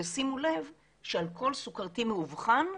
ושימו לב שעל כל סכרתי מאובחן,